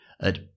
at